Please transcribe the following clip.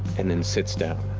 and then sits down.